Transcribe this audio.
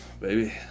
baby